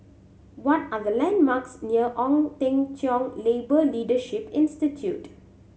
what are the landmarks near Ong Teng Cheong Labour Leadership Institute